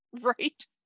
right